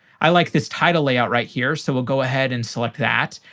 i like this title layout right here, so we'll go ahead and select that.